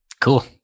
cool